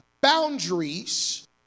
boundaries